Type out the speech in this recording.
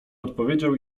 odpowiedział